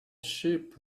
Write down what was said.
ship